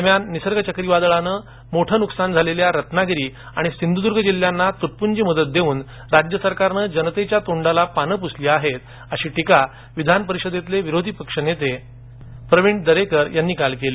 दरम्यान निसर्ग चक्रीवादळाने मोठं नुकसान झालेल्या रत्नागिरी आणि सिंधुदुर्ग जिल्ह्यांना तुटपुंजी मदत देऊन राज्य सरकारनं जनतेच्या तोंडाला पाने पुसली आहेत अशी टीका विधान परिषदेतील विरोधी पक्षनेते प्रवीण दरेकर यांनी काल केली